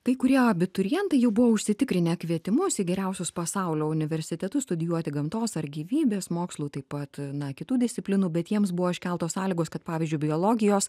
kai kurie abiturientai jau buvo užsitikrinę kvietimus į geriausius pasaulio universitetus studijuoti gamtos ar gyvybės mokslų taip pat na kitų disciplinų bet jiems buvo iškeltos sąlygos kad pavyzdžiui biologijos